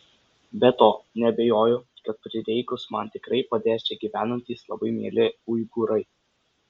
be to neabejoju kad prireikus man tikrai padės čia gyvenantys labai mieli uigūrai